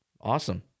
Awesome